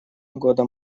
года